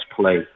play